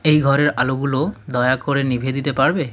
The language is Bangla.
এই ঘরের আলোগুলো দয়া করে নিভিয়ে দিতে পারবে